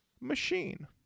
Machine